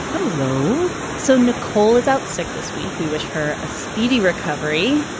hello so nicole is out sick this week. we wish her a speedy recovery.